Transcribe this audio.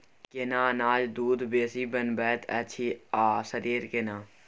केना अनाज दूध बेसी बनबैत अछि आ शरीर केना?